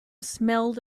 smelled